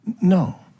No